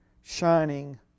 shining